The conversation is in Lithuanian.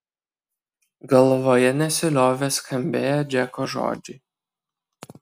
galvoje nesiliovė skambėję džeko žodžiai